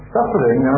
Suffering